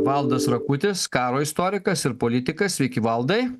valdas rakutis karo istorikas ir politikas sveiki valdai